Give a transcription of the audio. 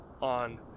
on